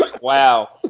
Wow